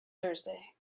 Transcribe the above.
thursday